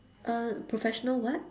uh professional what